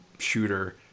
shooter